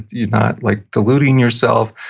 you're not like deluding yourself.